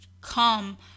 come